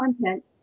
content